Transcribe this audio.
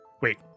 Wait